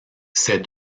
ses